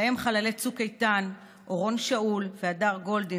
ובהם חללי צוק איתן אורון שאול והדר גולדין,